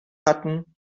hatten